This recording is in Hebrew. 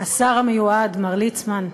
השר המיועד מר ליצמן,